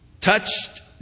touched